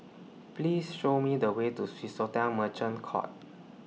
Please Show Me The Way to Swissotel Merchant Court